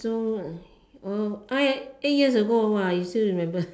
so uh !wah! eight years ago you still remember